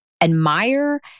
admire